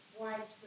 widespread